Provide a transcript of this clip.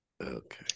Okay